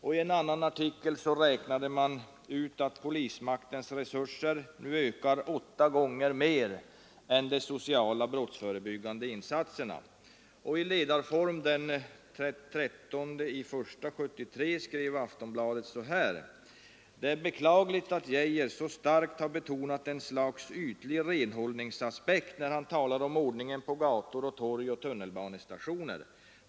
I en annan artikel räknade man ut att polismaktens resurser nu ökar åtta gånger mer än de sociala brottsförebyggande insatserna. I ledarform skrev Aftonbladet den 13 januari 1973 följande: ”Det är beklagligt att Geijer så starkt har betonat ett slags ytlig renhållningsaspekt, när han talar om ordningen på gator och torg och tunnelbanestationer.